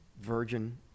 virgin